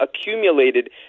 accumulated